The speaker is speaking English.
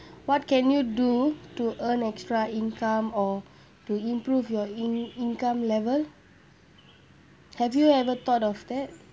what can you do to earn extra income or to improve your in~ income level have you ever thought of that